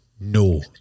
no